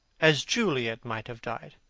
as juliet might have died.